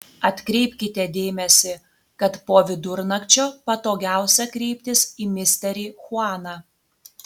atkreipkite dėmesį kad po vidurnakčio patogiausia kreiptis į misterį chuaną